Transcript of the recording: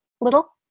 little